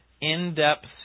in-depth